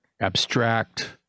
abstract